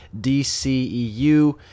DCEU